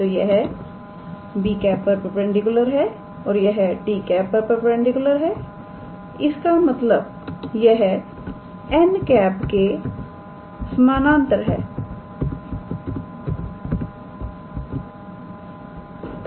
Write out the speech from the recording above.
तो यह 𝑏̂ पर परपेंडिकुलर है और यह 𝑡̂ पर परपेंडिकुलर है इसका मतलब यह 𝑛̂ के समानांतर है